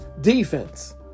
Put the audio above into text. defense